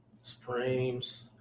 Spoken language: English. Supremes